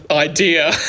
idea